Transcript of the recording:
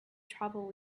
travelled